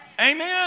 Amen